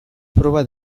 proba